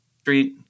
Street